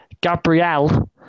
Gabrielle